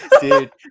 Dude